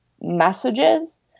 messages